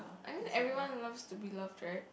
I mean everyone loves to be loved right